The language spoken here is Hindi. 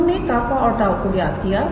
तो हमने कापा और टाऊ को ज्ञात किया